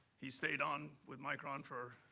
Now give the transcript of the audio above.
he stayed on with micron for,